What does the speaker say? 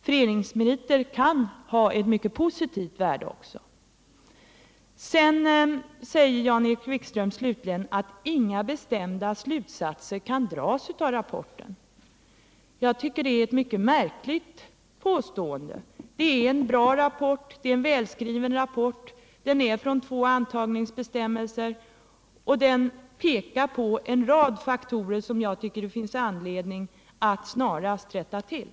Föreningsmeriter kan ju också ha ett mycket positivt värde. Slutligen säger Jan-Erik Wikström att inga bestämda slutsatser kan dras av rapporten. Jag tycker att det är ett mycket märkligt påstående. Rapporten är bra och välskriven, den avser två antagningsbestämmelser och den pekar på en rad faktorer som det finns anledning att snarast rätta till.